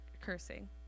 cursing